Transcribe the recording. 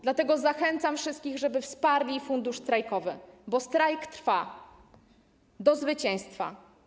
Dlatego zachęcam wszystkich, żeby wsparli fundusz strajkowy, bo strajk trwa do zwycięstwa.